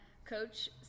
coach